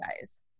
guys